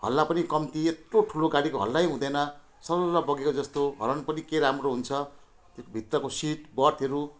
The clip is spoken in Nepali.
हल्ला पनि कम्ती यत्रो ठुलो गाडीको हल्लै हुँदैन सलल्ल बगेको जस्तो हर्न पनि के राम्रो हुन्छ त्यो भित्रको सिट बर्थहरू